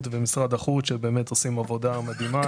ומשרד החוץ שבאמת עושים עבודה מדהימה.